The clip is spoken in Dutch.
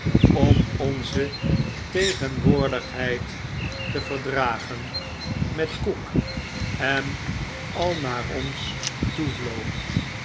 om onze tegenwoordigheid te verdragen met koek en al naar ons toevloog